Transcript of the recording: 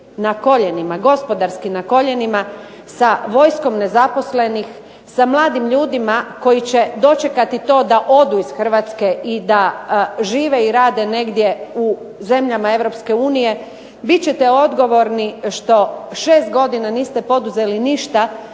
na koljenima, gospodarski na koljenima sa vojskom nezaposlenim, sa mladim ljudima koji će dočekati to da odu iz Hrvatske i da žive i rade negdje u zemljama Europske unije, bit ćete odgovorni što 6 godina niste poduzeli ništa